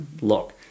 look